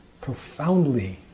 profoundly